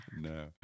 No